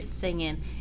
singing